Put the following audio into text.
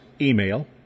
email